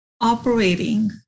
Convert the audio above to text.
operating